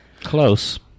Close